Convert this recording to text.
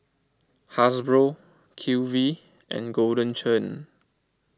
Hasbro Q V and Golden Churn